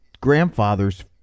grandfather's